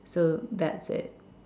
so that's it